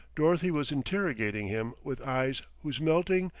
dorothy was interrogating him with eyes whose melting,